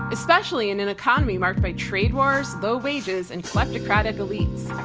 especially in and economy marked by trade wars, low wages and kleptocratic elites.